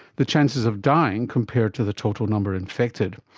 the chances of dying compared to the total number infected.